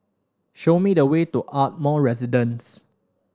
show me the way to Ardmore Residence